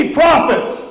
prophets